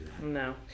No